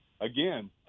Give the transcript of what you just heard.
Again